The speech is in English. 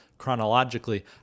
chronologically